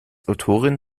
autorin